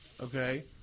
Okay